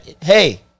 hey